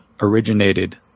originated